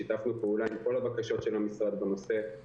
שיתפנו פעולה עם כל הבקשות של המשרד בנושא.